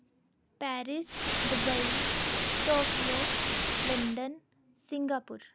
Paris Dubai Tokyo London Singapore